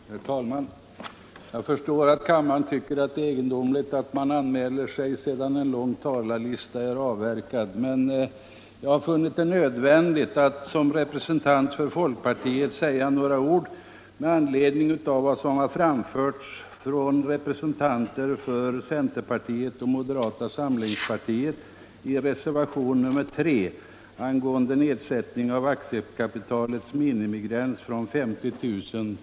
Herr talman! Jag förstår att kammaren tycker att det är egendomligt att man anmäler sig sedan talarlistan en gång är avverkad. Jag har emellertid funnit det nödvändigt att som representant för folkpartiet säga några ord med anledning av vad som framförts av representanter för centern och moderata samlingspartiet i reservationen 3 angående nedsättning av aktiekapitalets minimigräns från 50 000 kr.